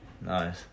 nice